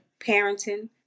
parenting